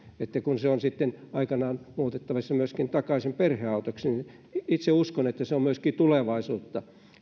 kun se on sitten aikanaan muutettavissa myöskin takaisin perheautoksi itse uskon että se on myöskin tulevaisuutta